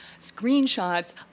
screenshots